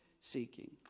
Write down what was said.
seeking